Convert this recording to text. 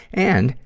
and,